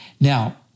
Now